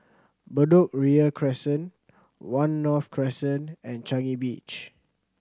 Bedok Ria Crescent One North Crescent and Changi Beach